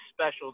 special